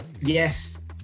yes